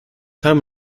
time